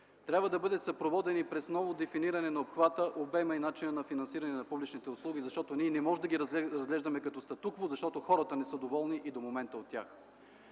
трябва да бъде съпроводен и през ново дефиниране на обхвата, обема и начина на финансиране на публичните услуги, защото ние не можем да ги разглеждаме като статукво, защото хората не са доволни и до момента от тях.